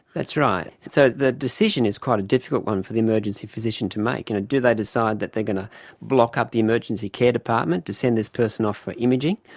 that's right. so the decision is quite a difficult one for the emergency physician to make. and do they decide that they are going to block up the emergency care department to send this person off for imaging,